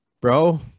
Bro